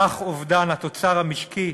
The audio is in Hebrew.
סך אובדן התוצר המשקי